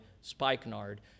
spikenard